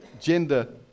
gender